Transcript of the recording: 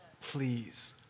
please